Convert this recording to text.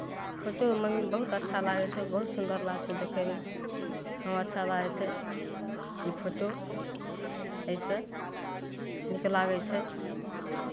photo मने बहुत अच्छा लागै छै बहुत सुन्दर लागै छै देखयमे हमे अच्छा लागै छै ई फोटो एहिसँ नीक लागै छै